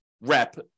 rep